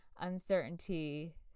uncertainty